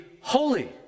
holy